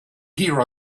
here